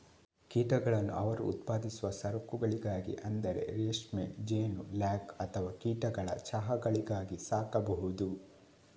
ಕೀಟಗಳನ್ನು ಅವರು ಉತ್ಪಾದಿಸುವ ಸರಕುಗಳಿಗಾಗಿ ಅಂದರೆ ರೇಷ್ಮೆ, ಜೇನು, ಲ್ಯಾಕ್ ಅಥವಾ ಕೀಟಗಳ ಚಹಾಗಳಿಗಾಗಿ ಸಾಕಬಹುದು